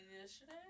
yesterday